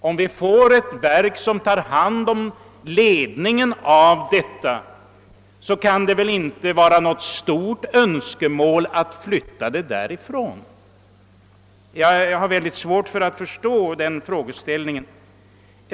Om vi får ett verk, som tar hand om ledningen av både forskningsoch tillsynsverksamheten, kan det väl inte vara något önskemål att flytta forskningsverksamheten därifrån. Jag har mycket svårt att förstå den frågeställningen.